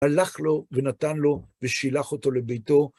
הלך לו ונתן לו, ושילח אותו לביתו.